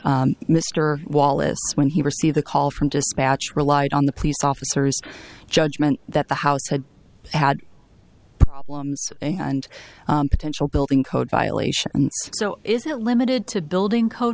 mr wallace when he received the call from dispatch relied on the police officers judgment that the house had had problems and potential building code violation so is it limited to building code